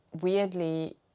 weirdly